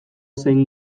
zein